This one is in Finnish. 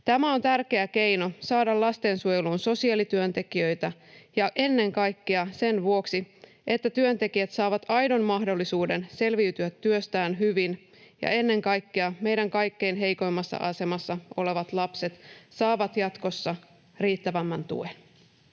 Tämä on tärkeä keino saada lastensuojeluun sosiaalityöntekijöitä, ennen kaikkea sen vuoksi, että työntekijät saavat aidon mahdollisuuden selviytyä työstään hyvin ja ennen kaikkea meidän kaikkein heikoimmassa asemassa olevat lapset saavat jatkossa riittävämmän tuen.